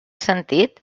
sentit